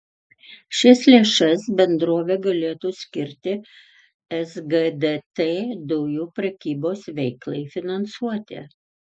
šias lėšas bendrovė galėtų skirti sgdt dujų prekybos veiklai finansuoti